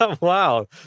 wow